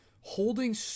holding